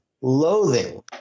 loathing